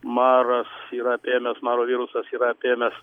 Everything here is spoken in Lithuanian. maras yra apėmęs maro virusas yra apėmęs